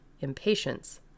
impatience